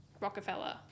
Rockefeller